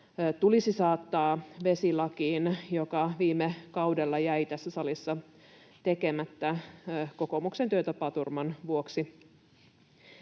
lähteikköjen suoja, joka viime kaudella jäi tässä salissa tekemättä kokoomuksen työtapaturman vuoksi,